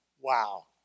Wow